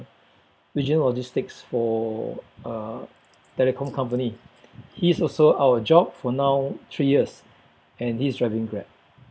regional logistics for a telecom company he's also out of job for now three years and he is driving Grab